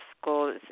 school